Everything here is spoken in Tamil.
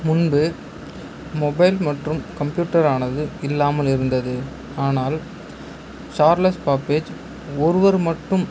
முன்பு மொபைல் மற்றும் கம்ப்யூட்டர் ஆனது இல்லாமல் இருந்தது ஆனால் சார்லஸ் பாப்பேஜ் ஒருவர் மட்டும்